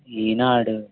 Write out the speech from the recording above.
ఈనాడు